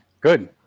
Good